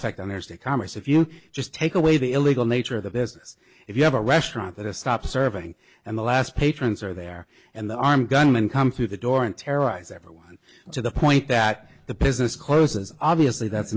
effect on there's the commerce if you just take away the illegal nature of the business if you have a restaurant that has stopped serving and the last patrons are there and the armed gunman come through the door and terrorize everyone to the point that the business closes obviously that's